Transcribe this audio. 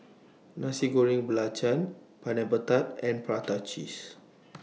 Nasi Goreng Belacan Pineapple Tart and Prata Cheese